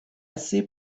sip